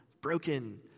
broken